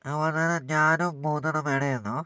അതുപോലെത്തന്നെ നാനും മൂന്നെണ്ണം വേണമായിരുന്നു